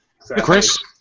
Chris